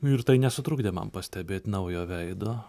ir tai nesutrukdė man pastebėt naujo veido